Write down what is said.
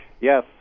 Yes